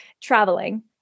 traveling